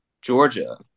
Georgia